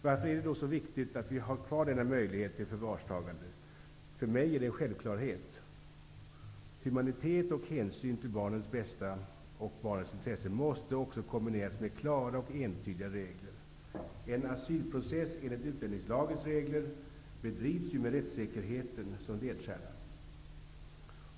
Varför är det då så viktigt att vi har kvar denna möjlighet till förvarstagande? För mig är det en självklarhet. Humanitet och hänsyn till barnens bästa och barnens intressen måste också kombineras med klara och entydiga regler. En asylprocess enligt utlänningslagens regler bedrivs ju med rättssäkerheten som ledstjärna.